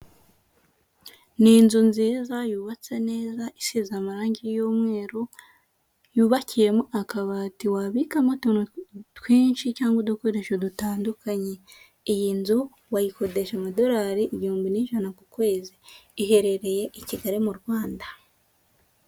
Ni inzu nziza yubatse neza isize amarangi y'umweru yubakiyemo akabati wabikamo utuntu twinshi cyangwa udukoresho dutandukanye, iyi nzu wayikodesha amadolari igihumbi n'ijana ku kwezi iherereye i Kigali mu Rwanda.